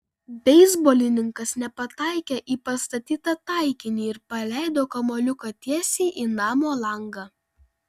beisbolininkas nepataikė į pastatytą taikinį ir paleido kamuoliuką tiesiai į namo langą